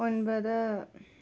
ഒൻപത്